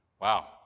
Wow